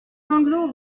sanglots